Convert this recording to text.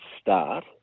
start